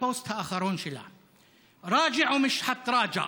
בפוסט האחרון שלה: (אומר דברים בשפה הערבית,